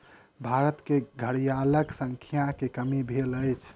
भारत में घड़ियालक संख्या में कमी भेल अछि